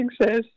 success